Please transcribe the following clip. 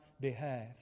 behalf